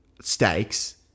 stakes